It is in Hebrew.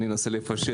אנסה לפשט,